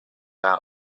out